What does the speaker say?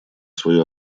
свою